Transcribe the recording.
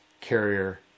carrier